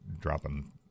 dropping